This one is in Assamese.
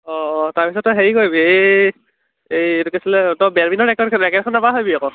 অঁ অঁ তাৰ পিছত তই হেৰি কৰিবি এই এইটো কি আছিলে তই বেডমিনটন ৰেকেটখন নাপাহৰিবি আকৌ